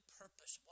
purpose